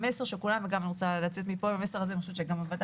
אני רוצה לצאת מפה עם המסר אני חושבת שגם הוועדה